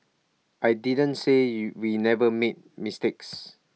I didn't say you we never make mistakes